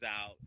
out